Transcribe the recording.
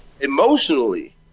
emotionally